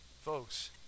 Folks